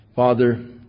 Father